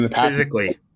Physically